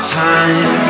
time